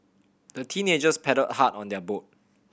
the teenagers paddled hard on their boat